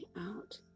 out